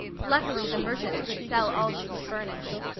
luckily the merchant could sell all she could furnish.